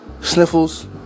sniffles